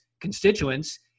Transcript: constituents